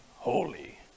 Holy